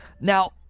now